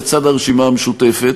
לצד הרשימה המשותפת,